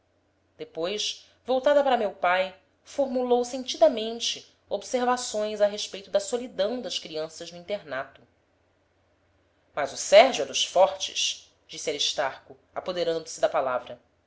depois voltada para meu pai formulou sentidamente observações a respeito da solidão das crianças no internato mas o sérgio é dos fortes disse aristarco apoderando se da palavra